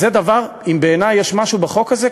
ואם בעיני יש משהו בחוק הזה,